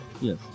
yes